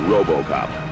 Robocop